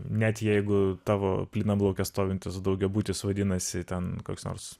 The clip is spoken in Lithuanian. net jeigu tavo plynam lauke stovintis daugiabutis vadinasi ten koks nors